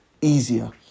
easier